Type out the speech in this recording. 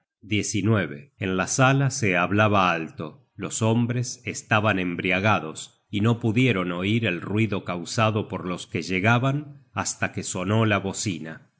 perder en la sala se hablaba alto los hombres estaban embriagados y no pudieron oir el ruido causado por los que llegaban hasta que sonó la bocina y